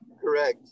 Correct